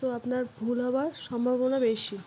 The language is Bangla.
তো আপনার ভুল হওয়ার সম্ভাবনা বেশি